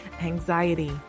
anxiety